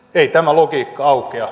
ei tämä logiikka aukea